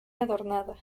adornada